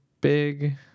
big